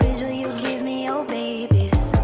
will you give me your babies